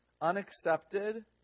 unaccepted